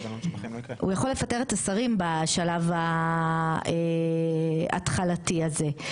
הוא יכול לפטר את השרים בשלב ההתלתי הזה,